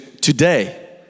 today